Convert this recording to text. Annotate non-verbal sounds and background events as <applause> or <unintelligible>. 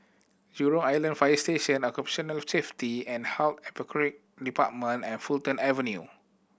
Jurong Island Fire Station Occupational Safety and Health <unintelligible> Department and Fulton Avenue